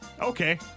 Okay